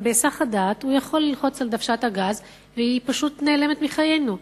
אבל בהסח הדעת הוא יכול ללחוץ על דוושת הגז והיא פשוט נעלמת מחיינו.